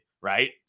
right